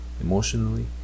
emotionally